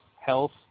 health